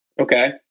okay